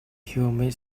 humid